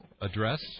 address